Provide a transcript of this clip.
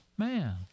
man